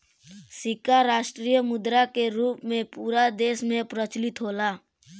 सिक्का राष्ट्रीय मुद्रा के रूप में पूरा देश में प्रचलित होला